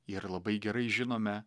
ir labai gerai žinome